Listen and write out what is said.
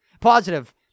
positive